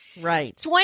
Right